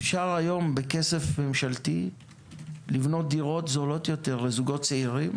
אפשר היום בכסף ממשלתי לבנות דירות זולות יותר לזוגות צעירים,